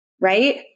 right